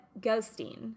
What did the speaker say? ghosting